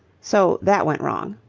so that went wrong.